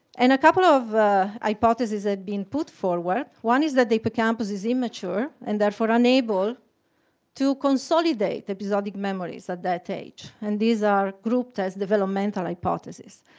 and a couple of hypotheses had been put forward. one is that the hippocampus is immature and therefore unable to consolidate episodic memories at that age, and these are grouped as developmental hypotheses.